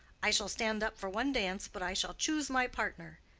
i shall stand up for one dance, but i shall choose my partner.